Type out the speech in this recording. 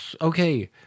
okay